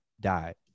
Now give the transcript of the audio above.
died